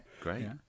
Great